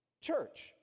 church